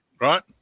right